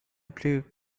plus